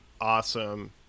awesome